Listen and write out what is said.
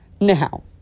Now